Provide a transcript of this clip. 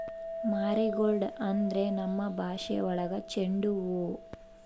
marigold ಅಂದ್ರೆ ನಮ್ ಭಾಷೆ ಒಳಗ ಚೆಂಡು ಹೂವು